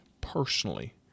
personally